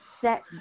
set